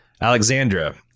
Alexandra